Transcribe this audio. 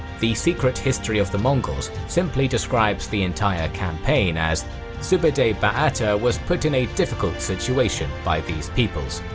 the secret history of the mongols simply describes the entire campaign as sube'etei ba'atur was put in a difficult situation by these peoples.